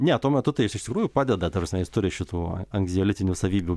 ne tuo metu tai jis iš tikrųjų padeda ta prasme jis turi šitų anksiolitinių savybių